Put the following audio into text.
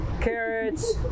carrots